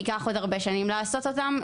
ייקח עוד הרבה שנים לעשות אותם,